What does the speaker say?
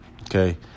Okay